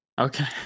okay